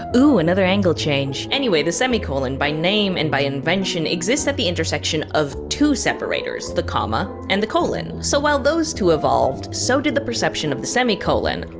ah ooh, another angle change. anyway, the semi-colon by name and by invention exists at the intersection of two separators, the comma and the colon. so while those two evolved, so did the perception of the semi-colon,